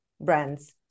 brands